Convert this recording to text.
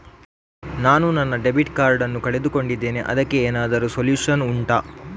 ನಾನು ನನ್ನ debit card ನ್ನು ಕಳ್ಕೊಂಡಿದ್ದೇನೆ ಅದಕ್ಕೇನಾದ್ರೂ ಸೊಲ್ಯೂಷನ್ ಉಂಟಾ